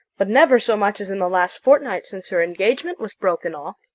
but never so much as in the last fortnight, since her engagement was broken off.